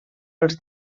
als